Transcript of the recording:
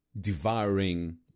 devouring